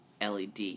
LED